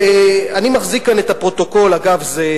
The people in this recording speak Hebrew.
אני מחזיק כאן את הפרוטוקול, אגב, זה